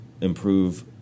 improve